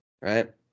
right